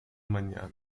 mañana